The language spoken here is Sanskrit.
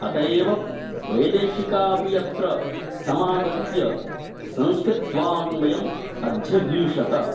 अतः एव वैदेशिकाः अपि अत्र समागत्य संस्कृतवाङ्मयम् अध्यगीषत